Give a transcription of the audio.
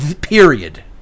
Period